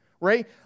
right